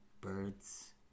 Birds